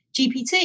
GPT